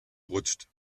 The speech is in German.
rutscht